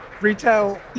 retail